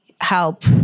help